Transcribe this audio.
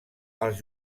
els